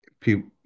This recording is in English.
people